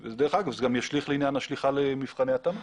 זה גם ישליך לעניין השליחה למבחני התאמה.